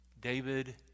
David